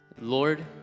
Lord